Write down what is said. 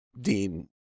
Dean